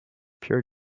pure